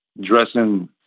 dressing